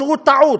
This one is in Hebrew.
שהוא טעות?